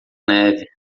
neve